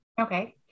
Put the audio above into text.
Okay